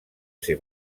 ser